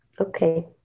okay